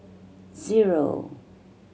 zero